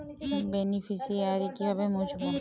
Beneficiary কিভাবে মুছব?